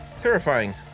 terrifying